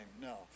No